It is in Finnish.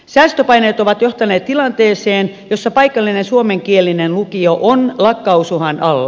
säästöpaineet ovat johtaneet tilanteeseen jossa paikallinen suomenkielinen lukio on lakkautusuhan alla